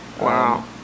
Wow